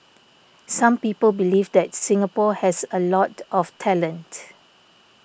some people believe that Singapore has a lot of talent